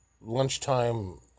lunchtime